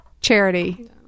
charity